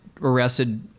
arrested